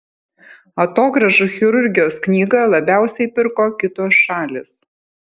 atogrąžų chirurgijos knygą labiausiai pirko kitos šalys